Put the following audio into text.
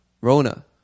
Rona